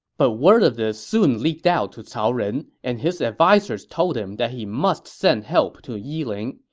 but word of this soon leaked out to cao ren, and his advisers told him that he must send help to yiling.